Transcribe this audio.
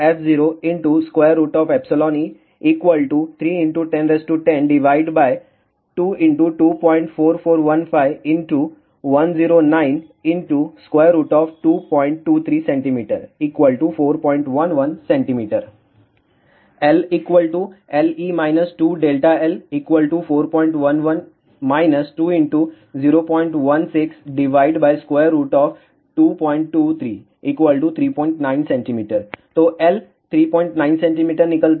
Lec2f0e3 x 1010 2 x 24415 x 109 x √223 cm 411 cm L Le - 2 ∆L 411 - 2 x 016 √223 39 cm तो L 39 cm निकलता है